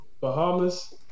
Bahamas